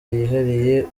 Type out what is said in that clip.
yihariye